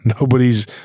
Nobody's